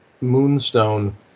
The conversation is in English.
Moonstone